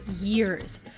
years